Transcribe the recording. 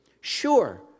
Sure